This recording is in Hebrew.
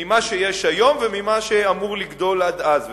ממה שיש היום וממה שאמור לגדול עד אז.